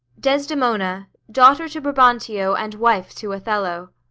desdemona, daughter to brabantio and wife to othello.